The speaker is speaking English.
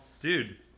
Dude